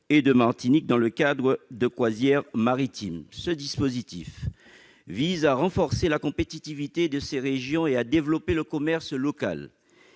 et de Martinique dans le cadre de croisières maritimes. Ce dispositif vise à renforcer la compétitivité de ces territoires et à y développer le commerce local.